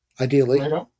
Ideally